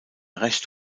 recht